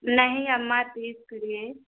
नहीं अम्मा तीस करिए